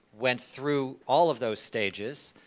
went through all of those stages,